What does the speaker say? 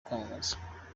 kwamamaza